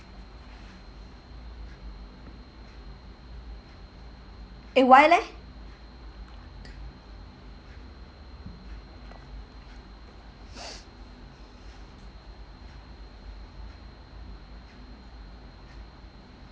eh why leh